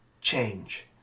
change